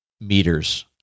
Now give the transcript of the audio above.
meters